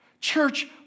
Church